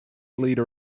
leader